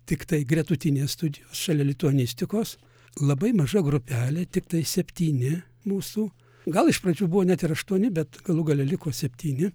tiktai gretutinės studijos šalia lituanistikos labai maža grupelė tiktai septyni mūsų gal iš pradžių buvo net ir aštuoni bet galų gale liko septyni